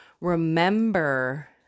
remember